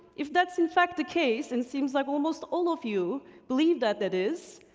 if that's in fact the case, and seems like almost all of you believe that that is,